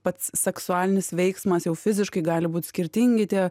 pats seksualinis veiksmas jau fiziškai gali būt skirtingi tie